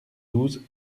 douze